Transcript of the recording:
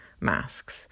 masks